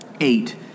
eight